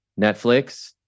Netflix